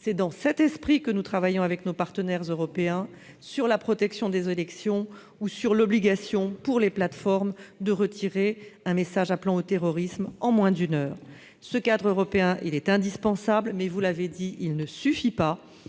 C'est dans cet esprit que nous travaillons avec nos partenaires européens sur la protection des élections ou sur l'obligation, pour les plateformes, de retirer un message appelant au terrorisme en moins d'une heure. Ce cadre européen est indispensable, mais, comme vous l'avez dit, il ne suffit pas,